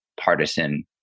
partisan